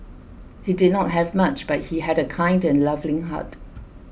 he did not have much but he had a kind and loving heart